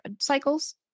cycles